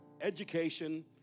Education